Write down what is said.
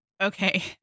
Okay